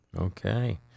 Okay